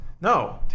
No